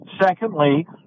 Secondly